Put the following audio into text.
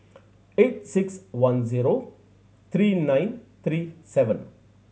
eight six one zero three nine three seven